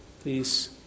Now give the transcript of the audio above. Please